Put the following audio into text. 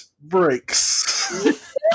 breaks